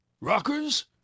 Rockers